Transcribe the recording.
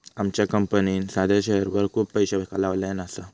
आमच्या कंपनीन साध्या शेअरवर खूप पैशे लायल्यान हत